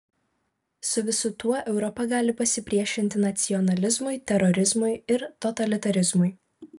su visu tuo europa gali pasipriešinti nacionalizmui terorizmui ir totalitarizmui